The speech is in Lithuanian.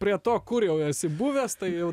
prie to kur jau esi buvęs tai jau